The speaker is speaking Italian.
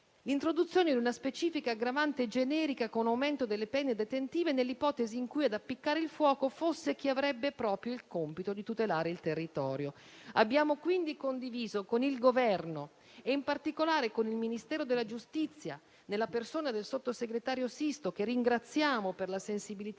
l'introduzione di una specifica aggravante generica, con aumento delle pene detentive, nell'ipotesi in cui ad appiccare il fuoco fosse chi avrebbe proprio il compito di tutelare il territorio. Abbiamo quindi condiviso con il Governo e in particolare con il Ministero della giustizia nella persona del sottosegretario Sisto, che ringraziamo per la sensibilità